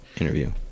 interview